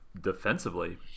defensively